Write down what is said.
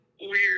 weird